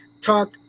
talk